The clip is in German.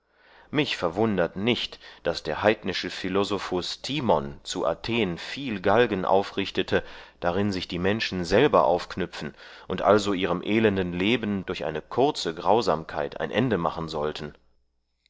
mich verwundert nicht daß der heidnische philosophus timon zu athen viel galgen aufrichtete daran sich die menschen selber aufknüpfen und also ihrem elenden leben durch eine kurze grausamkeit ein ende machen sollten